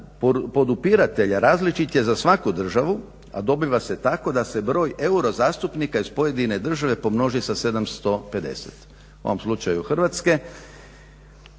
podupiratelja različit je za svaku državu, a dobiva se tako da se broj eurozastupnika iz pojedine države pomnoži sa 750, u ovom slučaju Hrvatske